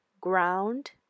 ground